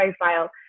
profile